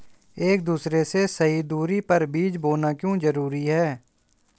एक दूसरे से सही दूरी पर बीज बोना क्यों जरूरी है?